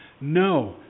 no